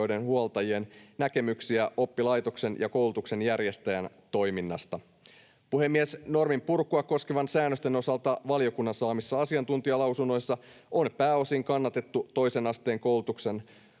huoltajien näkemyksiä oppilaitoksen ja koulutuksen järjestäjän toiminnasta. Puhemies! Norminpurkua koskevien säännösten osalta valiokunnan saamissa asiantuntijalausunnoissa on pääosin kannatettu toisen asteen koulutusta